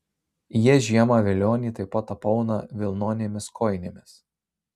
jie žiemą velionį taip pat apauna vilnonėmis kojinėmis